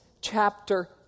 chapter